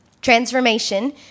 Transformation